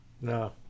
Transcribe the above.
No